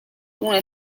una